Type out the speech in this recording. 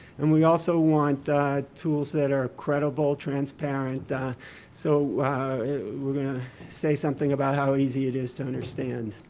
and we also want the tools that are credible transparent so we're going to say something about how easy it is to understand,